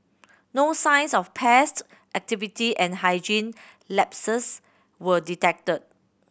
no signs of pest activity and hygiene lapses were detected